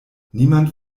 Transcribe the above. niemand